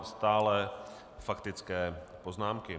Stále faktické poznámky.